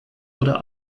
oder